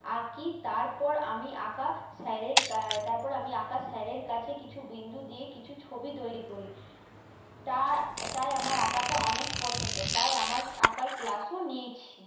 আঁকি তারপর আমি আঁকা স্যারের তারপর আমি আঁকা স্যারের কাছে কিছু বিন্দু দিয়ে কিছু ছবি তৈরি করি তার তাই আমার আঁকাটা অনেক পছন্দ তাই আমার আঁকার ক্লাসও নিয়েছি